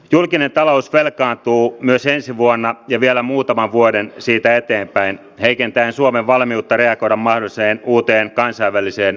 julkinen talous velkaantuu myös ensi vuonna ja vielä muutaman vuoden siitä eteenpäin heikentäen suomen valmiutta reagoida mahdolliseen uuteen kansainväliseen talouskriisiin